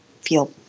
feel